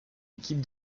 équipe